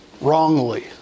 Wrongly